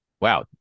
Wow